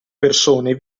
persone